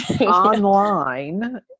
online